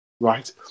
Right